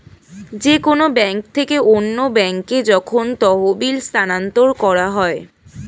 যে কোন ব্যাংক থেকে অন্য ব্যাংকে যখন তহবিল স্থানান্তর করা হয়